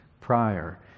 prior